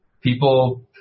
people